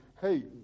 hey